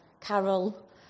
Carol